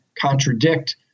contradict